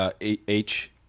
H-